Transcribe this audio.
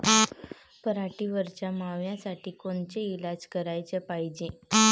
पराटीवरच्या माव्यासाठी कोनचे इलाज कराच पायजे?